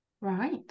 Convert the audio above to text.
Right